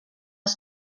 els